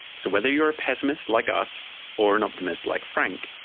so whether you are a pessimist like us or an optimist like frank,